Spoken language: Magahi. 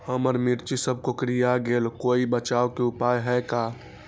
हमर मिर्ची सब कोकररिया गेल कोई बचाव के उपाय है का?